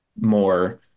more